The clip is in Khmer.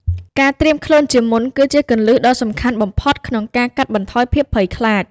ការត្រៀមខ្លួនជាមុនគឺជាគន្លឹះដ៏សំខាន់បំផុតក្នុងការកាត់បន្ថយភាពភ័យខ្លាច។